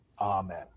Amen